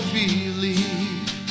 believe